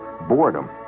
boredom